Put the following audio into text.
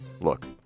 Look